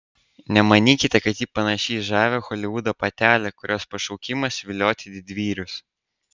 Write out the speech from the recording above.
nemanykite kad ji panaši į žavią holivudo patelę kurios pašaukimas vilioti didvyrius